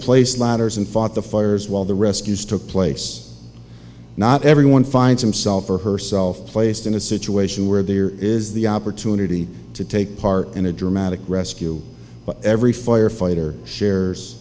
place ladders and fought the fires while the rescues took place not everyone finds himself or herself placed in a situation where there is the opportunity to take part in a dramatic rescue but every firefighter shares